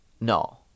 No